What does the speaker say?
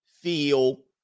feel